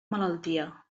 malaltia